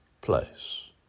place